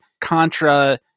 contra